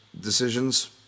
decisions